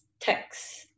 text